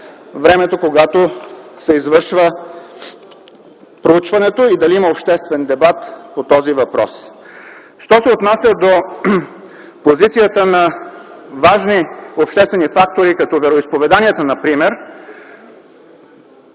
времето, когато се извършва проучването и дали има обществен дебат по този въпрос. Що се отнася до позицията на важни обществени фактори като вероизповеданието например,